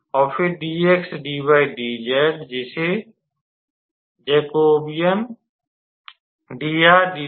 और फिर dx dy dz जिसे